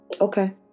Okay